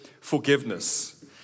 forgiveness